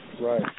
Right